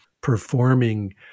performing